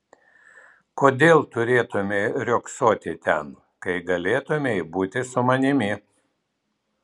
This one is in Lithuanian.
kodėl turėtumei riogsoti ten kai galėtumei būti su manimi